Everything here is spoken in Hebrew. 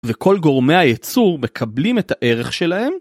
וכל גורמי הייצור מקבלים את הערך שלהם?